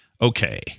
Okay